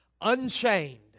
unchained